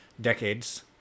decades